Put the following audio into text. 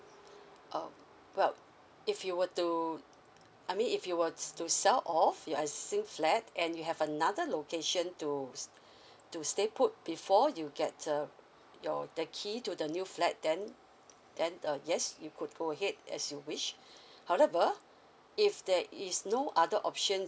oh well if you were to I mean if you were to sell off you are seal flat and you have another location to to stay put before you get uh your the key to the new flat then then uh yes you could go ahead as you wish however if there is no other option